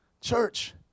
Church